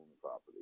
property